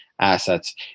assets